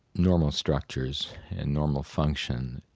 normal structures and normal function,